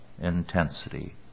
intensity